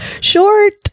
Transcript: Short